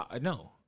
No